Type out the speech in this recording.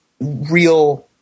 real